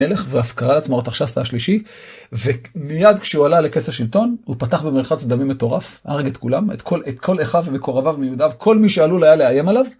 והפקרה על עצמו התחשסת השלישי, ומיד כשהוא עלה לכס השלטון, הוא פתח במרחץ דמים מטורף, הרג את כולם, את כל אחיו ומקורביו ומיודעיו, כל מי שעלול היה לאיים עליו.